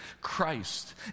Christ